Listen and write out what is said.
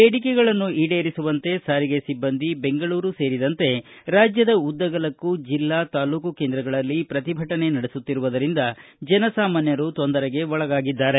ಬೇಡಿಕೆಗಳನ್ನು ಈಡೇರಿಸುವಂತೆ ಸಾರಿಗೆ ಸಿಬ್ಬಂದಿ ಬೆಂಗಳೂರು ಸೇರಿದಂತೆ ರಾಜ್ಯದ ಉದ್ದಗಲಕ್ಕೂ ಜಿಲ್ಲಾ ತಾಲೂಕು ಕೇಂದ್ರಗಳಲ್ಲಿ ಪ್ರತಿಭಟನೆ ನಡೆಸುತ್ತಿರುವುದರಿಂದ ಜನಸಾಮಾನ್ಯರು ತೊಂದರೆಗೆ ಒಳಗಾಗಿದ್ದಾರೆ